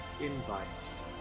invites